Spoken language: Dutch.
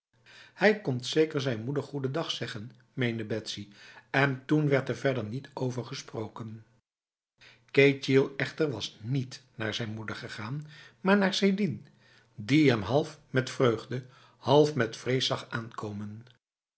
hij komt zeker zijn moeder goedendag zeggen meende betsy en toen werd er verder niet over gesproken ketjil echter was niet naar zijn moeder gegaan maar naar sidin die hem half met vreugde half met vrees zag aankomen